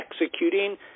executing